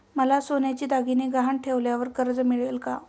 मला सोन्याचे दागिने गहाण ठेवल्यावर कर्ज मिळेल का?